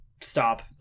stop